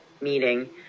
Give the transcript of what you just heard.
meeting